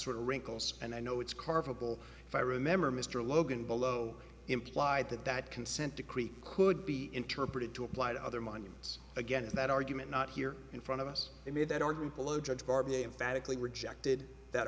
sort of wrinkles and i know it's carpal if i remember mr logan below implied that that consent decree could be interpreted to apply to other monuments again that argument not here in front of us they made that argument below judge barbara emphatically rejected that